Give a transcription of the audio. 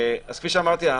כפי שאמרתי,